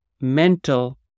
mental